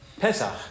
Pesach